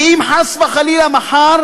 אם, חס וחלילה, מחר